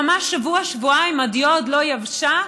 ממש שבוע-שבועיים, הדיו עוד לא יבשה,